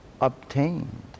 Obtained